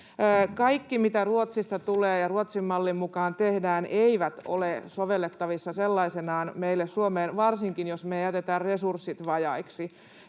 Kaikki, mitä Ruotsista tulee ja Ruotsin mallin mukaan tehdään, ei ole sovellettavissa sellaisenaan meille Suomeen, varsinkaan, jos me jätetään resurssit vajaiksi.